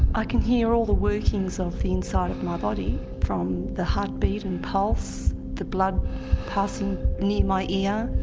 i can hear all the workings of the inside of my body from the heart beat and pulse, the blood passing near my ear,